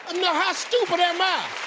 i mean, how stupid am i?